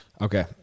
Okay